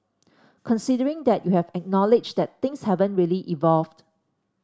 considering that you have acknowledged that things haven't really evolved